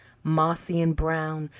mossy and brown,